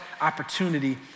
opportunity